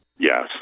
Yes